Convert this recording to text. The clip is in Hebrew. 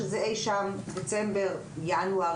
אי שם בדצמבר או ינואר,